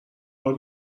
راه